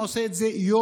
הוא עושה את זה יום-יום,